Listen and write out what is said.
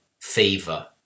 fever